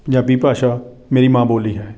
ਪੰਜਾਬੀ ਭਾਸ਼ਾ ਮੇਰੀ ਮਾਂ ਬੋਲੀ ਹੈ